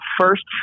first